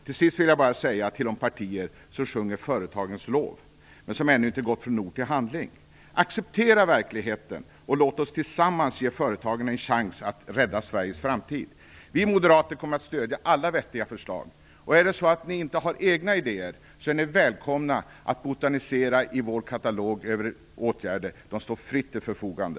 Till sist vill jag bara säga till de partier som sjunger företagens lov men som ännu inte gått från ord till handling: Acceptera verkligheten och låt oss tillsammans ge företagen en chans att rädda Sveriges framtid! Vi moderater kommer att stödja alla vettiga förslag. Är det så att ni inte har egna idéer är ni välkomna att botanisera i vår katalog över åtgärder. De står fritt till förfogande.